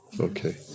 okay